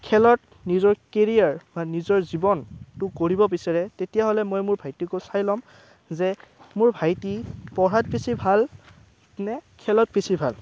খেলত নিজৰ কেৰিয়াৰ বা নিজৰ জীৱনটো গঢ়িব বিচাৰে তেতিয়াহ'লে মই মোৰ ভাইটিকো চাই ল'ম যে মোৰ ভাইটি পঢ়াত বেছি ভালনে খেলত বেছি ভাল